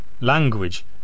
language